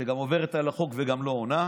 שגם עוברת על החוק וגם לא עונה,